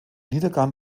niedergang